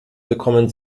bekommen